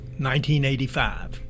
1985